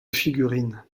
figurines